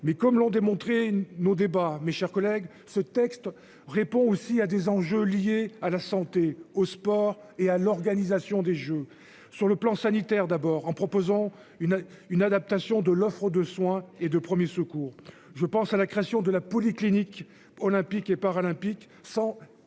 Mais comme l'ont démontré nos débats, mes chers collègues, ce texte répond aussi à des enjeux liés à la santé, au sport et à l'organisation des Jeux. Sur le plan sanitaire d'abord en proposant une une adaptation de l'offre de soins et de premiers secours. Je pense à la création de la polyclinique olympiques et paralympiques 100